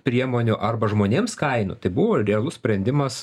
priemonių arba žmonėms kainų tai buvo realus sprendimas